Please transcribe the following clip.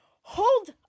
Hold